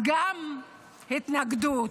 גם התנגדות,